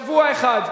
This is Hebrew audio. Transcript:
שבוע אחד.